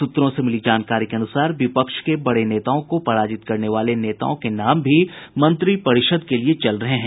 सूत्रों से मिली जानकारी के अनुसार विपक्ष के बड़े नेताओं को पराजित करने वाले नेताओं के नाम भी मंत्रिपरिषद के लिए चल रहे हैं